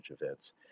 events